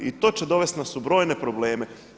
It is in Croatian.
I to će dovesti nas u brojne probleme.